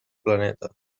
planeta